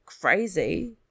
crazy